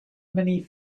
many